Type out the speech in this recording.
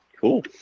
Cool